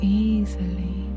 easily